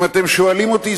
אם אתם שואלים אותי,